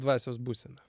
dvasios būsena